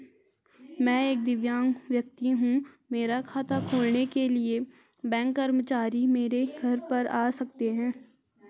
मैं एक दिव्यांग व्यक्ति हूँ मेरा खाता खोलने के लिए बैंक कर्मचारी मेरे घर पर आ सकते हैं?